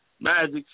Magic